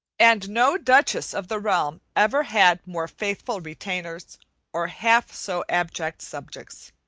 and no duchess of the realm ever had more faithful retainers or half so abject subjects.